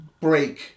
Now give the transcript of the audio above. break